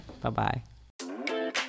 Bye-bye